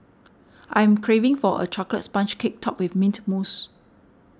I'm craving for a chocolates sponge cake topped with Mint Mousse